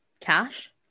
cash